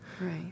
right